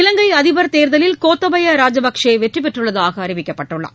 இலங்கை அதிபர் தேர்தலில் கோத்தபய ராஜபக்சே வெற்றி பெற்றுள்ளதாக அறிவிக்கப்பட்டுள்ளார்